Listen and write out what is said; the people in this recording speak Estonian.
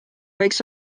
võiks